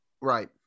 Right